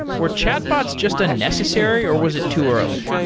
were chat bots just unnecessary, or was it too early?